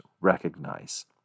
recognize